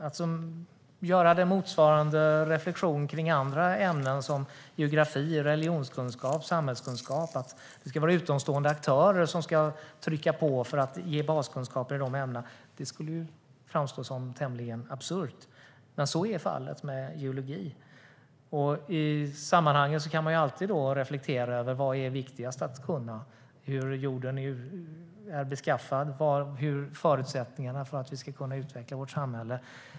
Låt mig göra motsvarande reflektion om det i andra ämnen, till exempel geografi, religionskunskap, samhällskunskap, ska vara utomstående aktörer som ska trycka på för att ge baskunskaper i de ämnena. Det skulle framstå som tämligen absurt. Men så är fallet med geologi. I sammanhanget kan man alltid reflektera över vad som är viktigast att veta - hur jorden är beskaffad eller förutsättningarna för att utveckla vårt samhälle.